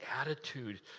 attitude